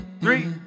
three